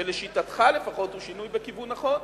שלשיטתך, לפחות, הוא שינוי בכיוון נכון.